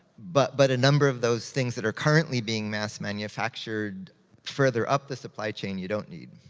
but but a number of those things that are currently being mass manufactured further up the supply chain, you don't need.